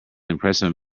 impressive